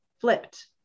flipped